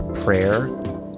prayer